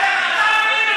לך מפה.